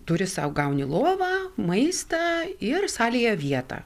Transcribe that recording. turi sau gauni lovą maistą ir salėje vietą